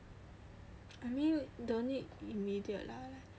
I mean don't need immediate lah